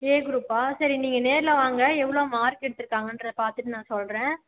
ஏ குரூப்பா சரி நீங்கள் நேரில் வாங்க எவ்வளோ மார்க் எடுத்திருக்காங்கன்றத பார்த்துட்டு நான் சொல்கிறேன்